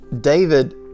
David